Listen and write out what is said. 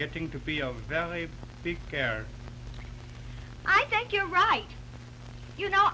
getting to be over the care i think you're right you know